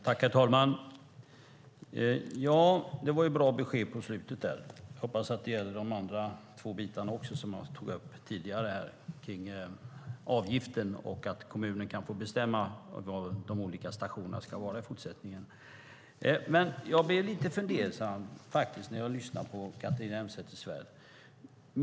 Herr talman! Det var bra besked i slutet av inlägget. Jag hoppas att det även gäller de andra delar som jag tog upp tidigare, avgiften och att kommunen får bestämma var de olika stationerna ska vara i fortsättningen. Jag blir lite fundersam när jag lyssnar på Catharina Elmsäter-Svärd.